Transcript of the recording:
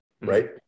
right